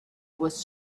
was